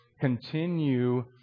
continue